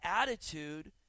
attitude